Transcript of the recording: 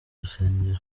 rusengero